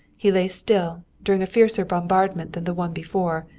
he lay still, during a fiercer bombardment than the one before,